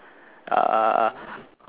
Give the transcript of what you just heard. uh